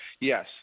Yes